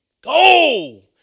go